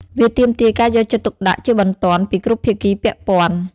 វាទាមទារការយកចិត្តទុកដាក់ជាបន្ទាន់ពីគ្រប់ភាគីពាក់ព័ន្ធ។